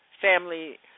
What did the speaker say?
Family